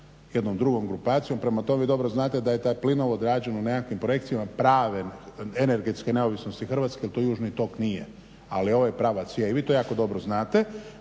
jednom drugom grupacijom. Prema tome, vi dobro znate da je taj plinovod rađen u nekakvim projekcijama prave energetske neovisnosti Hrvatske. To južni tok nije, ali ovaj pravac je i vi to jako dobro znate.